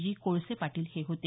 जी कोळसे पाटील हे होते